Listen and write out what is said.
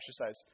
exercise